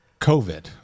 COVID